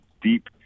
deep